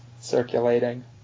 circulating